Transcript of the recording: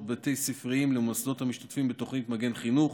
בית ספריים ומוסדות המשתתפים בתוכנית מגן חינוך,